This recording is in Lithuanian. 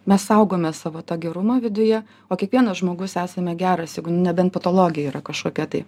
mes saugome savo tą gerumo viduje o kiekvienas žmogus esame geras nebent patologija yra kažkokia tai